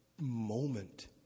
moment